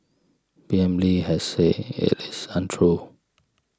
P M Lee has said it is untrue